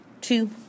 two